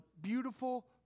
beautiful